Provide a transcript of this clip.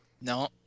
No